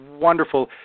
wonderful